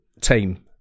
team